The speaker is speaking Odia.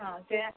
ହଁ ସେ